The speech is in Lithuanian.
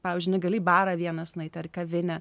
pavyzdžiui negali į barą vienas nueiti ar į kavinę